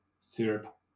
syrup